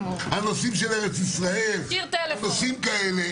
על נושאים של ארץ ישראל, על נושאים כאלה.